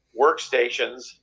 workstations